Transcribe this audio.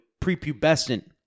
prepubescent